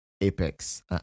apex